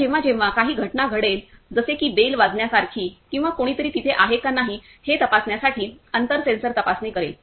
आता जेव्हा जेव्हा काही घटना घडेल जसे की बेल वाजवण्यासारखी किंवा कोणीतरी तिथे आहे का नाही हे तपासण्यासाठी अंतर सेन्सर तपासणी करेल